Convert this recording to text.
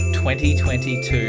2022